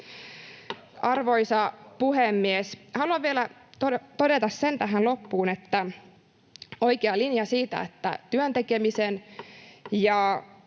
Arvoisa puhemies! Haluan vielä todella todeta tähän loppuun sen, että linja on oikea siitä, että työn tekemisen ja